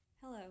Hello